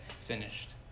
finished